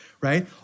Right